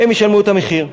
הם ישלמו את המחיר.